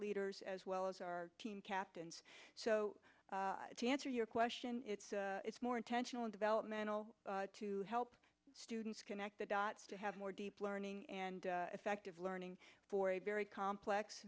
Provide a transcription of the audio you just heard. leaders as well as our team captains so to answer your question it's more intentional in developmental to help students connect the dots to have more deep learning and effective learning for a very complex